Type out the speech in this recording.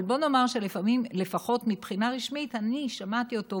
אבל בוא נאמר שלפחות מבחינה רשמית אני שמעתי אותו,